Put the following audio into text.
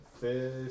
fish